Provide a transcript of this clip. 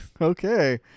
Okay